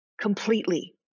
completely